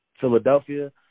Philadelphia